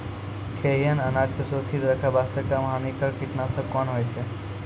खैहियन अनाज के सुरक्षित रखे बास्ते, कम हानिकर कीटनासक कोंन होइतै?